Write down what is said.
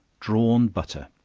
drawn butter.